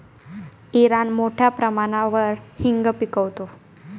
Iran मोठ्या प्रमाणावर हिंग पिकवतो